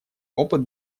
опыт